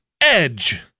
EDGE